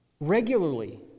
regularly